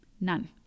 none